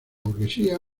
burguesía